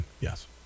yes